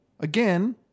Again